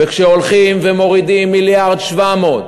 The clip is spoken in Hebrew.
וכשהולכים ומורידים 1.7 מיליארד